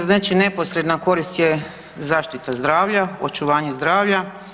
Znači neposredna korist je zaštita zdravlja, očuvanje zdravlja.